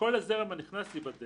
כל הזרם הנכנס ייבדק.